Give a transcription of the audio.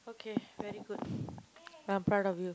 okay very good I'm proud of you